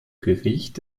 gericht